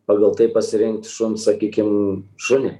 pagal tai pasirinkt šuns sakykim šunį